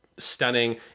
Stunning